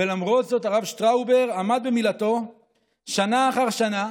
ולמרות זאת הרב שטאובר עמד במילתו שנה אחר שנה,